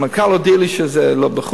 המנכ"ל הודיע לי שזה לא,